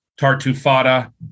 tartufata